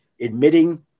admitting